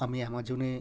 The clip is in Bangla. আমি অ্যামাজনে